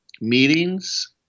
meetings